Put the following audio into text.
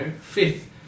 fifth